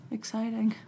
Exciting